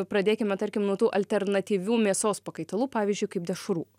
pradėkime tarkim nuo tų alternatyvių mėsos pakaitalų pavyzdžiui kaip dešrų